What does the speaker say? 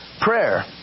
prayer